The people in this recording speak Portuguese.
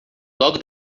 logo